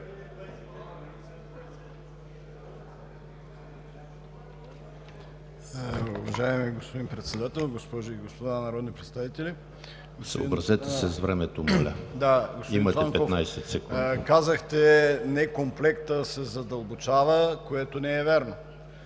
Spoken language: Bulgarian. Казахте, некомплекта се задълбочава, което не е вярно!